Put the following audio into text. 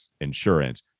insurance